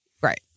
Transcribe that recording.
Right